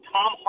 Tom